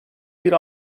bir